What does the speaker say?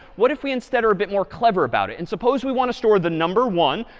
what if we instead are a bit more clever about it? and suppose we want to store the number one.